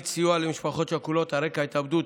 סיוע למשפחות שכולות על רקע התאבדות,